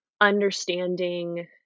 understanding